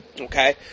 Okay